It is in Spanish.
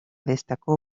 destacó